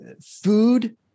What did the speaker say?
food